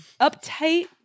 uptight